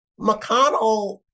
McConnell